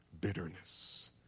bitterness